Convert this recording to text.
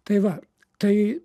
tai va tai